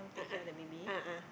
a'ah a'ah